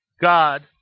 God